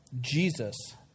Jesus